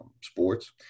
sports